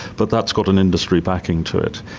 but that's got an industry backing to it.